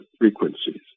frequencies